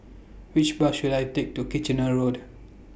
Which Bus should I Take to Kitchener Road